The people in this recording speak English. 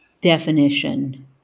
definition